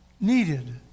needed